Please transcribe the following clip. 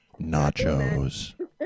Nachos